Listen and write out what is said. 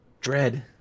dread